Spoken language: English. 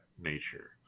nature